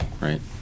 right